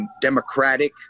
democratic